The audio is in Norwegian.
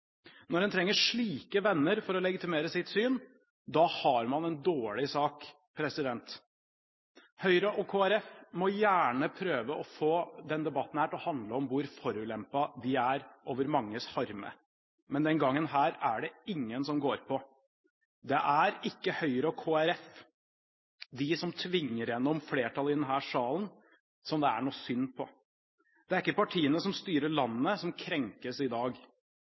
Når en trenger slike venner for å legitimere sitt syn, har man en dårlig sak. Høyre og Kristelig Folkeparti må gjerne prøve å få denne debatten til å handle om hvor forulempet de er over manges harme, men denne gang er det ingen som går på. Det er ikke Høyre og Kristelig Folkeparti, de som tvinger igjennom flertallet i denne salen, det er synd på. Det er ikke partiene som styrer landet, som krenkes i dag.